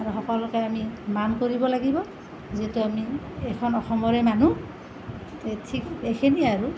আৰু সকলোকে আমি মান কৰিব লাগিব যিহেতু আমি এইখন অসমৰে মানুহ ঠিক এইখিনিয়েই আৰু